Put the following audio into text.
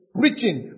preaching